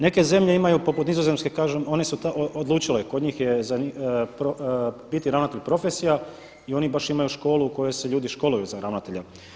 Neke zemlje imaju poput Nizozemske kažem, one su odlučile, kod njih je biti ravnatelj profesija i oni baš imaju školu u kojoj se ljudi školuju za ravnatelja.